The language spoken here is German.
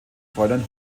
fräulein